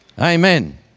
Amen